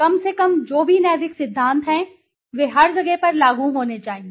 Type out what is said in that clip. कम से कम जो भी नैतिक सिद्धांत हैं वे हर जगह पर लागू होने चाहिए